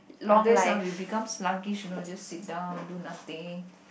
others ah will become sluggish you know just sit down do nothing